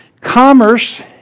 commerce